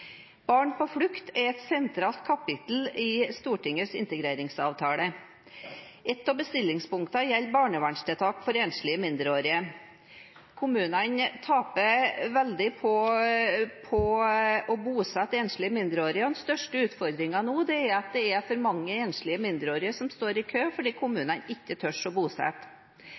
Barn på flukt er et sentralt kapittel i Stortingets integreringsavtale. Et av bestillingspunktene gjelder barnevernstiltak for enslige mindreårige. Kommunene taper veldig på å bosette enslige mindreårige, og den største utfordringen nå er at det er for mange enslige mindreårige som står i kø, fordi kommunene ikke tør å bosette.